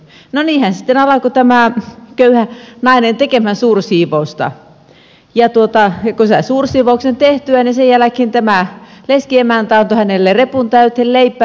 no niinhän sitten alkoi tämä köyhä nainen tekemään suursiivousta ja kun sai suursiivouksen tehtyä niin sen jälkeen tämä leskiemäntä antoi hänelle repun täyteen leipää ja lihaa